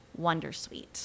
wondersuite